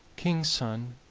king's son,